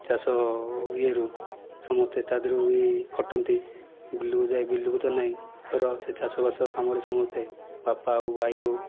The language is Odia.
ଚାଷ ଇଏରୁ ସମସ୍ତେ ତାକୁ ସମସ୍ତେ ତାହା ଦେହରୁ ଖଟନ୍ତି ବିଲକୁ ଯାଇ ବିଲକୁ ତ ନାହିଁ ର ଚାଷବାସ କାମରେ ସମସ୍ତେ ବାପା ହେଉ ଭାଇ ହେଉ